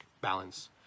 balance